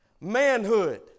Manhood